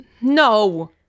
no